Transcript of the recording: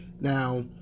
Now